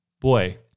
Boy